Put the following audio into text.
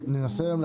האלה.